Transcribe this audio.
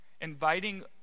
Inviting